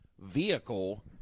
vehicle